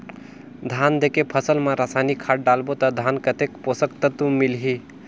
धान देंके फसल मा रसायनिक खाद डालबो ता धान कतेक पोषक तत्व मिलही?